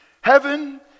Heaven